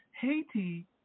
Haiti